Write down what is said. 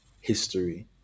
history